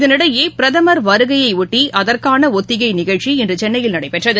இதனிடையே பிரதம் வருகையையொட்டி அதற்கான ஒத்திகை நிகழ்ச்சி இன்று சென்னையில் நடைபெற்றது